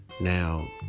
Now